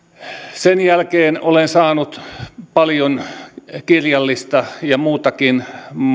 sen jälkeen olen saanut paljon kirjallista ja muutakin